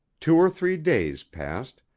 two or three days passed,